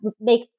make